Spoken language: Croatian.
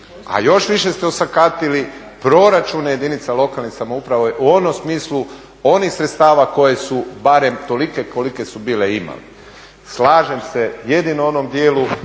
a još više ste osakatili proračune jedinica lokalnih samouprava u onom smislu onih sredstava koje su barem tolike kolike su bile imali. Slažem se jedino u onom dijelu